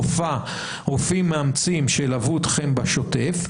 רופאים מאמצים שילוו אתכם בשוטף,